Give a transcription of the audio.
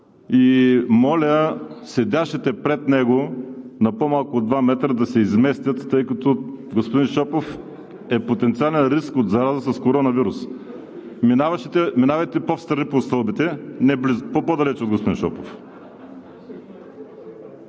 Моля седящите пред него, на по-малко от два метра, да се изместят, тъй като господин Шопов е потенциален риск от зараза с коронавирус. Минаващите, минавайте по-встрани по стълбите, по-по-далече от господин Шопов.